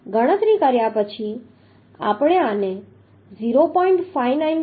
તેથી ગણતરી કર્યા પછી આપણે આને 0